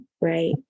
right